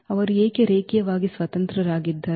ಅವರು ಏಕೆ ರೇಖೀಯವಾಗಿ ಸ್ವತಂತ್ರರಾಗಿದ್ದಾರೆ